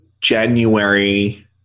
January